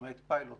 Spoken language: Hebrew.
למעט פיילוט